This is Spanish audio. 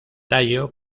tallo